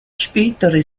spätere